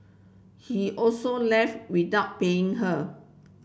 he also left without paying her